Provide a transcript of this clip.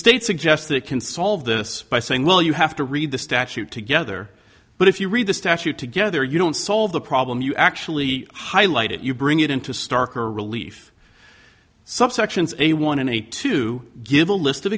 suggests that can solve this by saying well you have to read the statute together but if you read the statute together you don't solve the problem you actually highlight it you bring it into starker relief subsections a one in eight to give a li